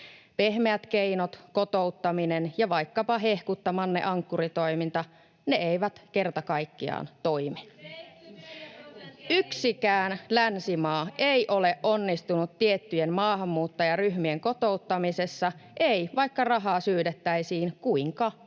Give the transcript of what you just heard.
Pehmeät keinot, kotouttaminen ja vaikkapa hehkuttamanne Ankkuri-toiminta — ne eivät kerta kaikkiaan toimi. Yksikään länsimaa ei ole onnistunut tiettyjen maahanmuuttajaryhmien kotouttamisessa, ei vaikka rahaa syydettäisiin kuinka paljon